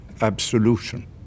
absolution